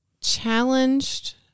challenged